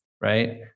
right